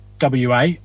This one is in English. WA